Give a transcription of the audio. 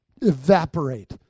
evaporate